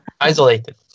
isolated